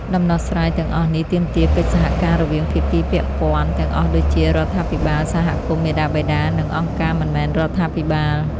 ដំណោះស្រាយទាំងអស់នេះទាមទារកិច្ចសហការរវាងភាគីពាក់ព័ន្ធទាំងអស់ដូចជា រដ្ឋាភិបាល សហគមន៍ មាតាបិតា និងអង្គការមិនមែនរដ្ឋាភិបាល។